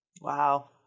Wow